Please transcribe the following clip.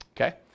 okay